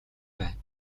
байна